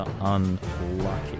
unlucky